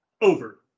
over